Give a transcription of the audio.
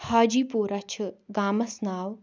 ہاجی پوٗرہ چھِ گامَس ناو